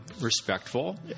respectful